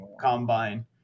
combine